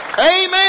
Amen